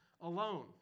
alone